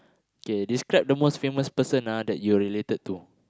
K describe the most famous person ah that you are related to